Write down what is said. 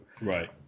Right